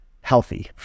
healthy